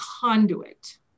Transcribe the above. conduit